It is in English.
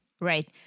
right